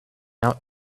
out